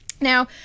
Now